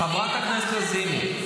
חברת הכנסת לזימי,